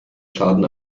schaden